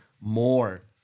more